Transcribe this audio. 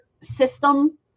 system